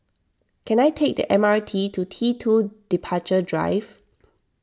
can I take the M R T to T two Departure Drive